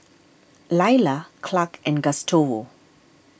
Laila Clark and Gustavo